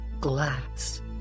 glass